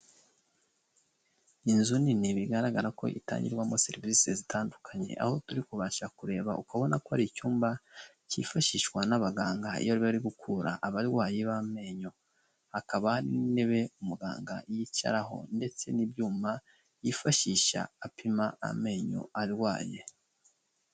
Inzu nini bigaragara ko itangirwamo serivisi zitandukanye. Aho turi kubasha kureba, urabona ko ari icyumba cyifashishwa n'abaganga iyo bari gukura abarwayi b'amenyo. Hakaba hari n'intebe umuganga yicaraho ndetse n'ibyuma yifashisha apima amenyo arwaye.